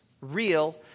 real